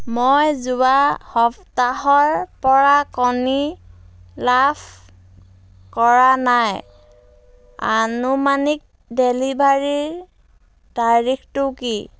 মই যোৱা সপ্তাহৰ পৰা কণী লাভ কৰা নাই আনুমানিক ডেলিভাৰীৰ তাৰিখটো কি